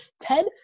Ted